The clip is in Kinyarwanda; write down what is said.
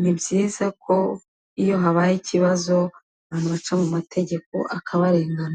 ni byiza ko iyo habaye ikibazo abantu baca mu mategeko akabarenganura.